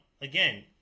again